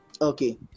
Okay